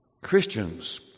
Christians